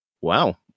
Wow